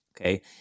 okay